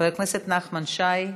חבר הכנסת נחמן שי,